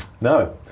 No